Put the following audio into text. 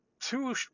two